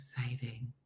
exciting